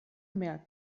mehr